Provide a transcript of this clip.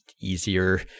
easier